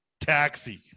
Taxi